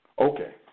okay